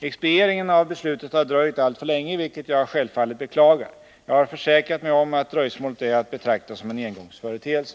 Expedieringen av beslutet har dröjt alltför länge, vilket jag självfallet beklagar. Jag har försäkrat mig om att dröjsmålet är att betrakta som en engångsföreteelse.